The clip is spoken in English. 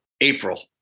April